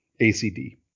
ACD